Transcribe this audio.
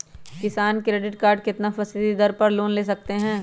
किसान credit card कितना फीसदी दर पर लोन ले सकते हैं?